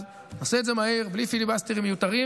אז נעשה את זה מהר, בלי פיליבסטרים מיותרים.